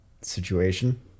situation